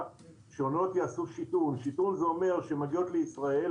שהאוניות יעשו שיטעון זה אומר שהן מגיעות לישראל,